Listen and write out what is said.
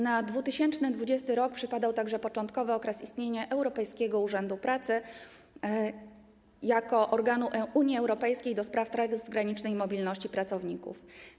Na 2020 r. przypadał także początkowy okres istnienia Europejskiego Urzędu do Spraw Pracy jako organu Unii Europejskiej do spraw transgranicznej mobilności pracowników.